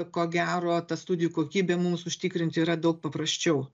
ko gero ta studijų kokybę mums užtikrinti yra daug paprasčiau